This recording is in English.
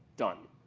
done.